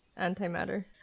antimatter